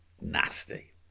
Nasty